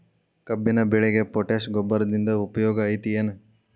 ಕಬ್ಬಿನ ಬೆಳೆಗೆ ಪೋಟ್ಯಾಶ ಗೊಬ್ಬರದಿಂದ ಉಪಯೋಗ ಐತಿ ಏನ್?